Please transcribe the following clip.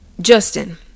Justin